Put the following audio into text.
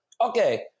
okay